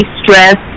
stress